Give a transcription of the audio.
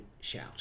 Shout